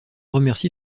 remercie